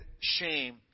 shame